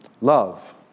Love